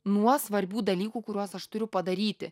nuo svarbių dalykų kuriuos aš turiu padaryti